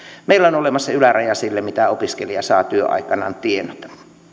meillä on olemassa yläraja sille mitä opiskelija saa työaikanaan tienata